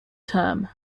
term